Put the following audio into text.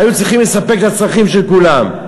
היו צריכים לספק את הצרכים של כולם.